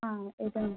ആ ഇതോ